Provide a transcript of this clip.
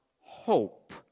hope